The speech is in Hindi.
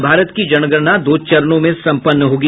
और भारत की जनगणना दो चरणों में सम्पन्न होगी